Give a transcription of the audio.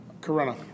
Corona